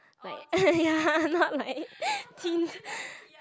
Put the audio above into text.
like ya not like